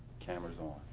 camera's on.